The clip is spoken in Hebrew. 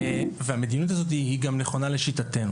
והמדיניות הזאת היא גם נכונה לשיטתנו.